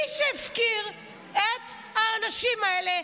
מי שהפקיר את האנשים האלה,